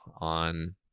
on